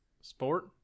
sport